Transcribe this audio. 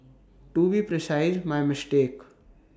to be precise my mistake